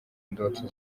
ndoto